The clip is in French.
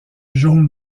jaune